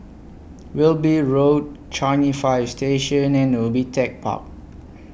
Wilby Road Changi Fire Station and Ubi Tech Park